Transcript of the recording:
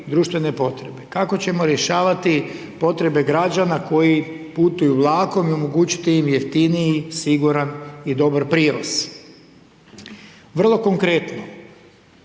Kako ćemo rješavati potrebe građana koji putuju vlakom i omogućiti im jeftiniji, siguran i dobar prijevoz. Vrlo konkretno,